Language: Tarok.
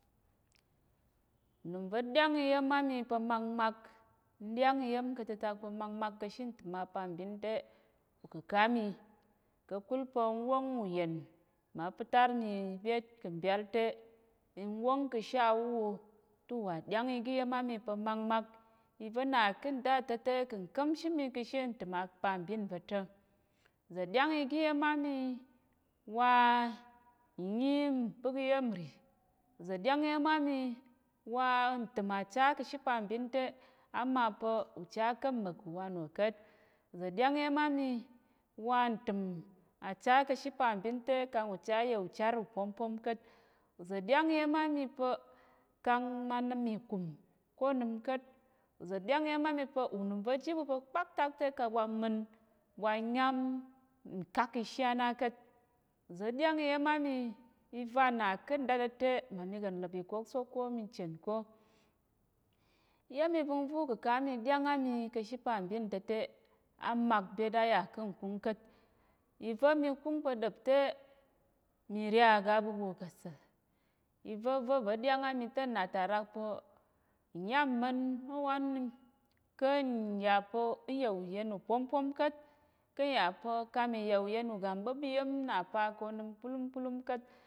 Unəm va̱ ɗyáng iya̱m á mi pa̱ makmak, n ɗyáng iya̱m ka̱ tətak pa̱ makmak ka̱ she ntəm apambin te, ukəka mi ka̱kul pa̱ n wóng uyen mma pətar mi byét kà̱ mbyál te, n wóng ka̱ she awuwo te uwà ɗyáng igá iya̱m á mi pa̱ makmak iva̱ na ká̱ nda ta̱ te kà̱ nka̱mshe mi ka̱ she ntəm apambin va̱ ta̱, za̱ ɗyáng iga iya̱m á mi wa nnyi mpə́k iya̱m nrì, za̱ ɗyáng iya̱m á mi wa ntəm acha ka̱ she pambin te á ma pa̱ ucha á ka̱m mmà̱k ku uwanwò ka̱t. Za̱ ɗyáng iya̱m á mi wa ntəm acha ka̱ she pambin te kang ucha á yà uchar upwómpwóm ka̱t, za̱ ɗyáng iya̱m á mi pa̱ kang ma nəm ìkum ko onəm ka̱t, za̱ ɗyáng iya̱m á mi pa̱ unəm va̱ ji ɓu pa̱ kpaktak te kang wa ma̱n wa nyám nkak ishi á na ka̱t, za̱ ɗyáng iya̱m á mi iva na ká̱ nda ta̱ te mma mi kà̱ nlə̀p ìkuksok ko mi chen ko. Iya̱m ivəngva̱ ukəka mi ɗyá̱ng á mi ka̱ she pambin va̱ ta̱ te, á mak byét, á yà ká̱ nkung ka̱t, iva̱ mi kung pa̱ ɗəp te, mi re aga aɓuɓwo ka̱ ta. Iva̱ va̱ va̱ ɗyáng á mi te nna ta rak pa̱ nnyám mma̱n ôwan mi ká̱ n yà pa̱ ń yà uyen upwómpwóm ká̱t, ká̱ yà pa̱ ka mi yà uyen uga mɓúp iya̱m ko onəm na pa kulúmkulúm ka̱t.